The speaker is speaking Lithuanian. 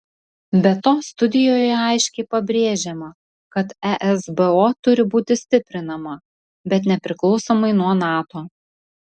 be to studijoje aiškiai pabrėžiama kad esbo turi būti stiprinama bet nepriklausomai nuo nato